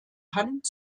hand